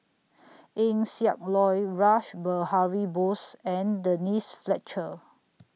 Eng Siak Loy Rash Behari Bose and Denise Fletcher